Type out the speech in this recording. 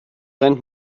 rennt